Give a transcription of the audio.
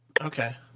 okay